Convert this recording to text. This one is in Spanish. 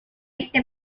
este